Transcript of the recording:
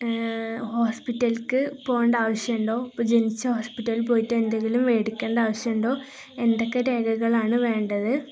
അ ഹോസ്പിറ്റലലിേക്കു പോകേണ്ട ആവശ്യമുണ്ടോ ഇപ്പോള് ജനിച്ച ഹോസ്പിറ്റലില് പോയിട്ട് എന്തെങ്കിലും വാങ്ങിക്കണ്ട ആവശ്യമുണ്ടോ എന്തൊക്കെ രേഖകളാണു വേണ്ടത്